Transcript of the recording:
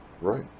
right